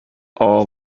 all